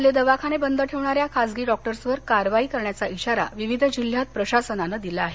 आपले दवाखाने बंद ठेवणाऱ्या खासगी डॉक्टर्सवर कारवाई करण्याचा इशारा विविध जिल्ह्यात प्रशासनानं दिला आहे